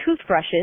toothbrushes